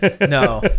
no